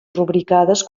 rubricades